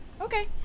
Okay